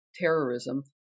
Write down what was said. terrorism